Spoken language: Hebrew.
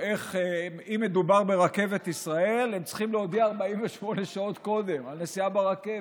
אם מדובר ברכבת ישראל הם צריכים להודיע 48 שעות קודם על נסיעה ברכבת.